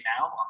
now